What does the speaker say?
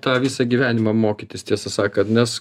tą visą gyvenimą mokytis tiesą sakant nes